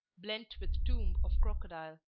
blent with tomb of crocodile.